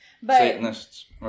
Satanists